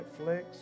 Netflix